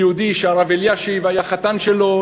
יהודי שהרב אלישיב היה חתן שלו,